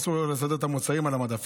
אסור לו לסדר את המוצרים על המדפים,